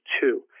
two